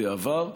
בעבר,